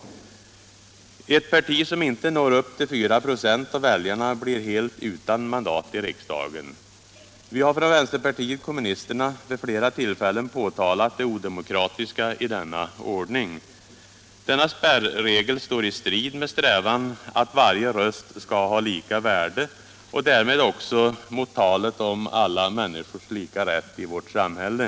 Det parti som inte når upp till 4 96 av väljarna blir helt utan mandat i riksdagen. Vi har från vänsterpartiet kommunisterna vid flera tillfällen påtalat det odemokratiska i denna ordning. Spärregeln står i strid med strävan att varje röst skall ha lika värde och strider därmed också mot talet om alla människors lika rätt i vårt samhälle.